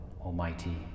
almighty